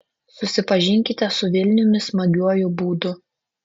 susipažinkite su vilniumi smagiuoju būdu